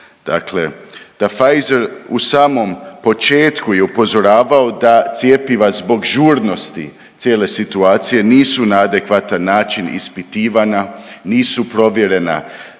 da Pfizer u samom početku je upozoravao da cjepiva zbog žurnosti cijele situacije, nisu na adekvatan način ispitivana, nisu provjerena